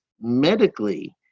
medically